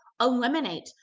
eliminate